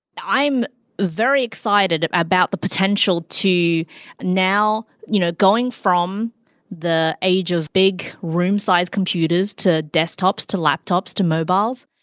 i'm very excited about the potential to now you know going from the age of big room sized computers to desktops to laptops, to mobiles,